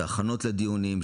את ההכנות לדיונים,